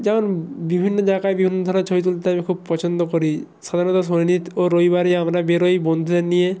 যেমন বিভিন্ন জায়গায় বিভিন্ন ধরনের ছবি তুলতে আমি খুব পছন্দ করি সাধারণত শনিত ও রবিবারই আমরা বেরোই বন্ধুদের নিয়ে